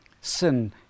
Sin